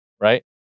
right